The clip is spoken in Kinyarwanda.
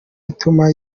ituma